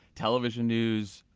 television news,